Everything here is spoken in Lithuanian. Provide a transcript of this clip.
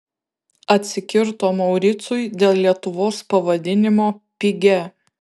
atsikirto mauricui dėl lietuvos pavadinimo pigia